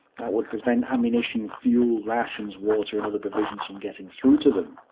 that would prevent ammunition, fuel, rations, water and other provisions from getting through to them.